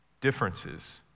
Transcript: differences